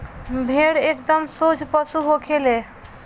भेड़ एकदम सोझ पशु होखे ले